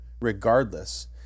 regardless